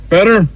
Better